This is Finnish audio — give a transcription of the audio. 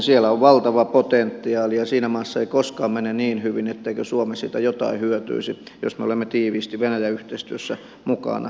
siellä on valtava potentiaali ja siinä maassa ei koskaan mene niin hyvin etteikö suomi siitä jotain hyötyisi jos me olemme tiiviisti venäjä yhteistyössä mukana